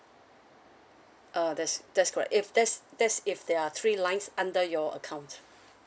uh that's that's correct if there's there's if there are three lines under your account